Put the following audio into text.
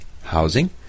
housing